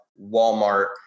Walmart